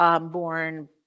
born